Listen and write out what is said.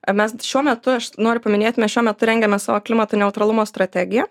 a mes šiuo metu aš noriu paminėti mes šiuo metu rengiame savo klimato neutralumo strategiją